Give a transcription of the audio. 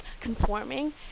conforming